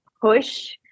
push